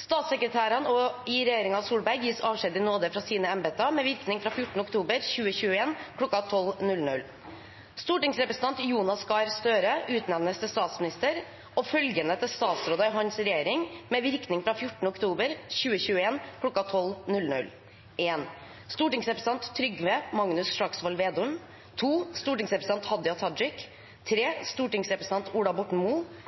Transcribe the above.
Statssekretærene i regjeringen Solberg gis avskjed i nåde fra sine embeter med virkning fra 14. oktober 2021 kl. 12.00. Stortingsrepresentant Jonas Gahr Støre utnevnes til statsminister og følgende til statsråder i hans regjering med virkning fra 14. oktober 2021 kl. 12.00: Stortingsrepresentant Trygve Magnus Slagsvold Vedum Stortingsrepresentant Hadia Tajik Stortingsrepresentant Ola Borten